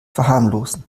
verharmlosen